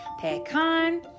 Pecan